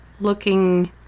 looking